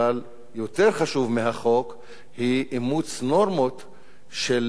אבל יותר חשוב מהחוק הוא אימוץ נורמות של